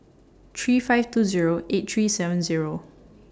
three five two Zero eight three seven Zero